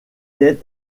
est